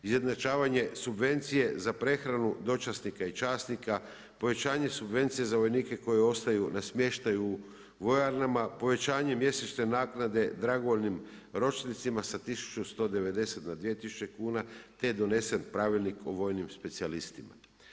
Izjednačavanje subvencije za prehranu dočasnika i časnika, povećanje subvencije za vojnike koji ostaju na smještaju u vojarna, povećanje mjesečne naknade dragovoljnim ročnicima sa 1190 na 2000 kuna te je donesen pravilnik o vojnim specijalistima.